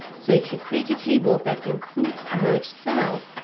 so if you create a table that includes merge cells,